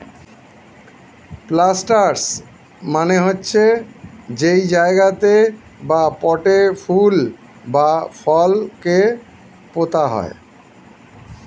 planters মানে হচ্ছে যেই জায়গাতে বা পটে ফুল বা ফল কে পোতা হয়